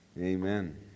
Amen